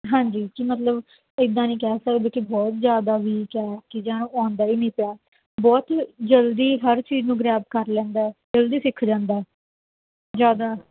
ਹਾਂਜੀ ਕਿ ਮਤਲਬ ਇੱਦਾਂ ਨਹੀਂ ਕਹਿ ਸਕਦੇ ਕਿ ਬਹੁਤ ਜ਼ਿਆਦਾ ਵੀਕ ਹੈ ਠੀਕ ਹੈ ਆਉਂਦਾ ਹੀ ਨਹੀਂ ਪਿਆ ਬਹੁਤ ਜਲਦੀ ਹਰ ਚੀਜ਼ ਨੂੰ ਗਰੈਬ ਕਰ ਲੈਂਦਾ ਜਲਦੀ ਸਿੱਖ ਜਾਂਦਾ ਜ਼ਿਆਦਾ